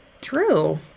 true